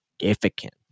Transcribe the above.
significant